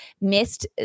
missed